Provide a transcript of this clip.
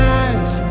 eyes